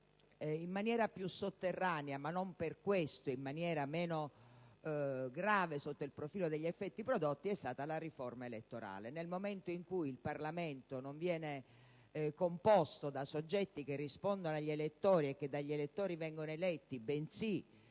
in maniera più sotterranea, ma non per questo meno grave sotto il profilo degli effetti prodotti, è stata la riforma elettorale: nel momento in cui il Parlamento non viene composto da soggetti che rispondano agli elettori e che dagli elettori sono eletti, bensì